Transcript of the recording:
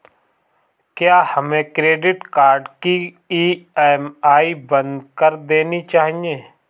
क्या हमें credit card की ई.एम.आई बंद कर देनी चाहिए?